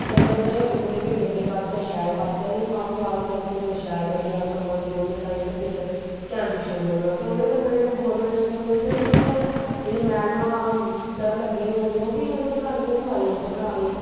बड्डे बड्डे गै तुप्पदे फ्ही बड्डे पाचै शैल पाचै इ'यां मा प्यो आखदे बच्चे कुतै शैल पढ़ी जान कमांदे उं'दे ताईं ते फिर केह् पिच्छे रौह्ना ते ओह्दे कन्नै जेह्ड़े गौरमैंट स्कूल न इत्थै ते फिर उत्थै इ'नें मैड़मां सर लग्गे दे होंदे ओह् बी थोह्ड़े कन्न किश मारी ओड़दे पढ़ाने